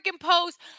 post